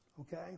Okay